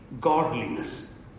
godliness